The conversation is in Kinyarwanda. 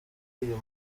iyo